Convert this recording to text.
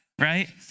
right